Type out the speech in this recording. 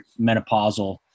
menopausal